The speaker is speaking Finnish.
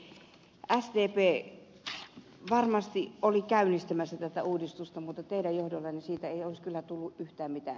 sdp varmasti oli käynnistämässä tätä uudistusta mutta teidän johdollanne siitä ei olisi kyllä tullut yhtään mitään